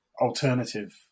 alternative